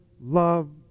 love